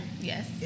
Yes